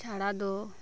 ᱪᱷᱟᱲᱟ ᱫᱚ